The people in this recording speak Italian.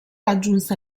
raggiunse